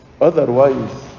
otherwise